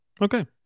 Okay